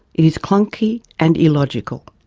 it is clunky and illogical.